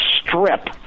strip